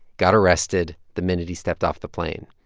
got arrested the minute he stepped off the plane.